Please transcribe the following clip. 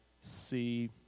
see